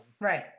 Right